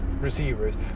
receivers